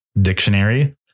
dictionary